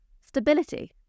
stability